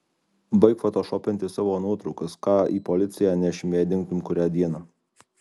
baik fotošopinti savo nuotraukas ką į policiją nešim jei dingtum kurią dieną